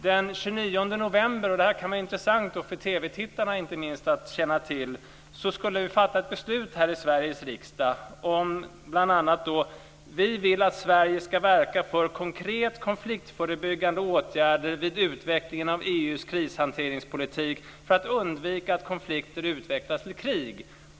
Det kan inte minst för TV-tittarna vara intressant att känna till att vi den 29 november skulle fatta ett beslut i Sveriges riksdag om att Sverige ska verka för konkret konfliktförebyggande åtgärder vid utvecklingen av EU:s krishanteringspolitik för att undvika att konflikter utvecklas till krig.